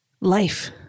life